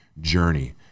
journey